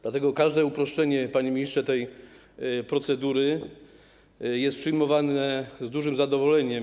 Dlatego każde uproszczenie, panie ministrze, tej procedury jest przyjmowane z dużym zadowoleniem.